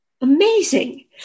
amazing